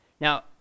Now